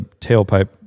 tailpipe